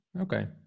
okay